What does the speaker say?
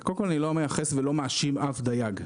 קודם כול, אני לא מייחס ולא מאשים אף דייג.